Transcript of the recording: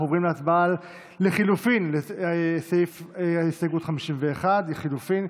אנחנו עוברים להצבעה על לחלופין להסתייגות 51. לחלופין.